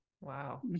Wow